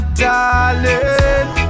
darling